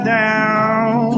down